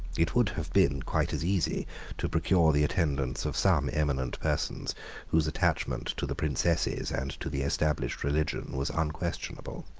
it would have been quite as easy to procure the attendance of some eminent persons whose attachment to the princesses and to the established religion was unquestionable.